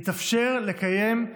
התאפשר לקיים,